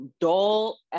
dull